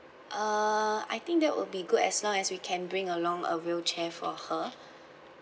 uh I think that will be good as long as we can bring along a wheelchair for her